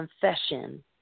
confession